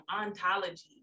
ontology